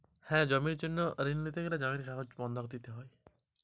জমির জন্য ঋন নিতে গেলে জমির কাগজ বন্ধক দিতে হবে কি?